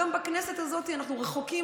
גם בכנסת הזאת אנחנו רחוקים,